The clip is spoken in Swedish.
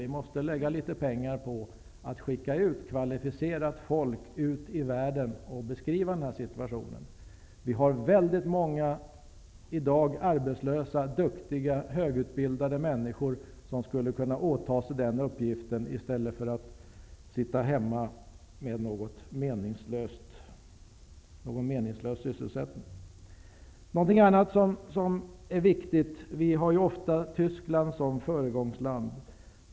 Vi måste lägga litet pengar på att skicka kvalificerat folk ut i världen för att beskriva situationen. Det finns i dag väldigt många arbetslösa, duktiga, högutbildade människor som skulle kunna åta sig den uppgiften i stället för att sitta hemma med någon meningslös sysselsättning. Så någonting annat som är viktigt. Vi har ofta Tyskland som föregångsland.